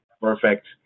perfect